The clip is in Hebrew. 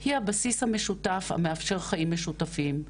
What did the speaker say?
היא הבסיס המשותף המאפשר חיים משותפים,